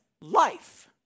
life